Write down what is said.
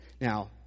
Now